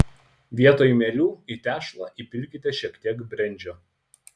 vietoj mielių į tešlą įpilkite šiek tiek brendžio